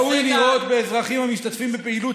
ראוי לראות באזרחים המשתתפים בפעילות